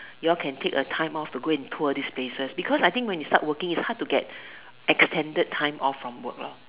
you all can take a time off to go and tour these places because I think when you start working is hard to get extended time off from work loh